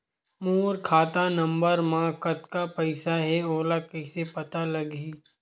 मोर खाता नंबर मा कतका पईसा हे ओला कइसे पता लगी?